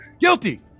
Guilty